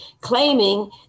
claiming